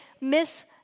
miss